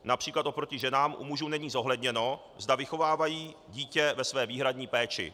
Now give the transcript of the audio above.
Například oproti ženám u mužů není zohledněno, zda vychovávají dítě ve své výhradní péči.